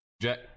Jack